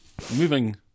Moving